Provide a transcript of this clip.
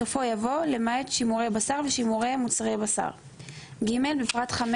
בסופו יבוא "למעט שימורי בשר ושימורי מוצרי בשר"; בפרט (5),